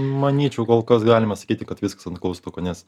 manyčiau kol kas galime sakyti kad viskas ant klaustuko nes